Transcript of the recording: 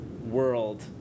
world